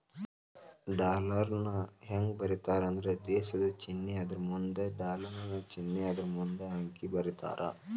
ಡಾಲರ್ನ ಹೆಂಗ ಬರೇತಾರಂದ್ರ ದೇಶದ್ ಚಿನ್ನೆ ಅದರಮುಂದ ಡಾಲರ್ ಚಿನ್ನೆ ಅದರಮುಂದ ಅಂಕಿ ಬರೇತಾರ